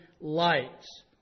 lights